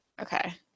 Okay